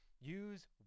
use